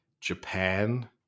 Japan